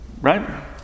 right